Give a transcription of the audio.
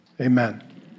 amen